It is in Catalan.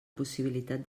possibilitat